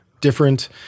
different